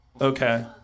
Okay